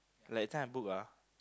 like that time I book ah